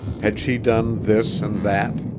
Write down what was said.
had she done this and that?